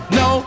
no